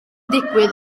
digwydd